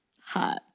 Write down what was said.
Hot